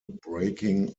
breaking